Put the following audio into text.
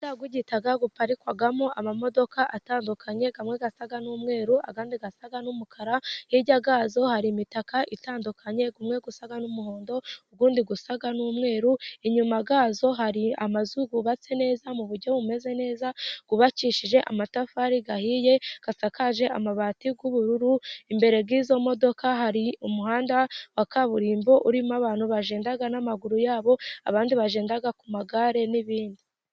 Umuhanda wigitaka , uparikamo amamodoka atandukanye amwe asa n'umweru, andi asa n'umukara , hijya gato hari imitaka itandukanye , umwe usa n'umuhondo , uwundi usa n'umweru, inyuma yazo hari amazu bubatse neza mu buryo bumeze neza. Bwubakishije amatafari ahiye asakaje amabati y'ubururu imbere y'izo modoka hari umuhanda wa kaburimbo urimo abantu bagenda n'amaguru yabo abandi bagenda ku magare n'ibindi.